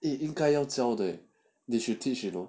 eh 应该要教的 eh they should teach you know